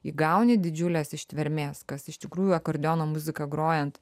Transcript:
įgauni didžiulės ištvermės kas iš tikrųjų akordeono muziką grojant